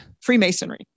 Freemasonry